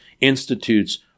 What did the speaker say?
institutes